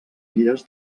illes